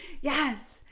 Yes